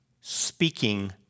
speaking